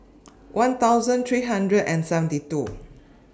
one thousand three hundred and seventy two